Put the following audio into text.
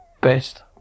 best